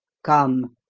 come.